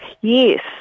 Yes